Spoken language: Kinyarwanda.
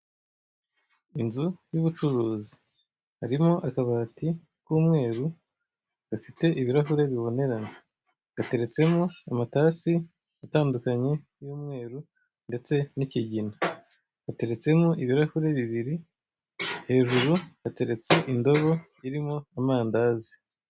Inzu y'ubucuruzi. Harimo akabati k'umweru gafite ibirahure bibonerana. Gateretsemo amatasi atandukanye y'umweru ndetse n'ikigina. Hateretsemo ibirahure bibiri. Hejuru hateretse indobo irimo amandazi.